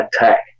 attack